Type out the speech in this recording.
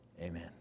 Amen